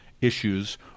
issues